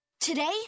today